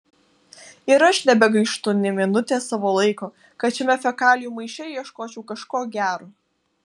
ir aš nebegaištu nė minutės savo laiko kad šiame fekalijų maiše ieškočiau kažko gero